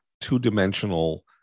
two-dimensional